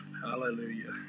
Hallelujah